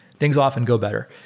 things often go better.